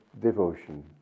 devotion